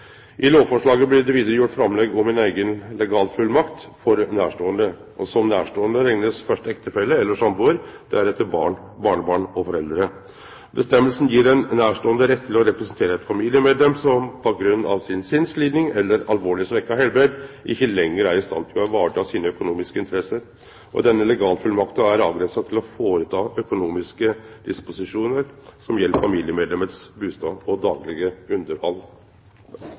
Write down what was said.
I lovforslaget blir det vidare gjort framlegg om ei eiga legalfullmakt for nærståande. Som nærståande reknar ein først ektefelle eller sambuar, deretter barn, barnebarn og foreldre. Føresegna gjev ein nærståande rett til å representere ein familiemedlem som på grunn av si sinnsliding eller alvorleg svekte helse ikkje lenger er i stand til å vareta sine økonomiske interesser. Denne legalfullmakta er avgrensa til å gjere økonomiske disposisjonar som gjeld familiemedlemens bustad og daglege underhald.